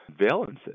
valences